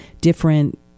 different